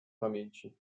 pamięci